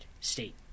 state